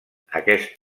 aquest